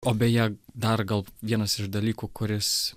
o beje dar gal vienas iš dalykų kuris